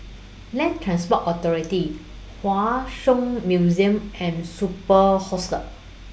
Land Transport Authority Hua Song Museum and Superb Hostel